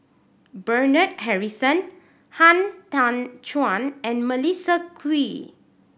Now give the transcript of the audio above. Bernard Harrison Han Tan Juan and Melissa Kwee